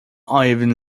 ivan